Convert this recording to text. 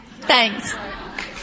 Thanks